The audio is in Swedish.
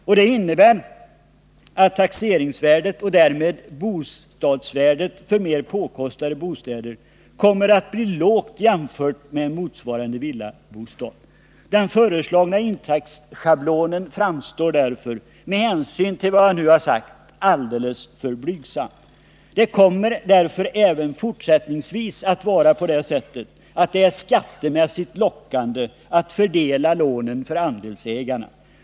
Detta innebär att taxeringsvärdet och därmed också bostadsvärdet för mer påkostade bostäder kommer att bli lågt i jämförelse med en motsvarande villabostad. Den föreslagna intäktsschablonen framstår med hänsyn till vad jag nu sagt som alldeles för blygsam. Det kommer därför även i fortsättningen att vara så att det är skattemässigt lockande att fördela lånen på andelsägarna.